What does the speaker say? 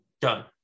Done